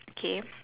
okay